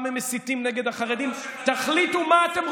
תציין שישראל ביתנו פה.